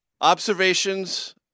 Observations